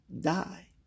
die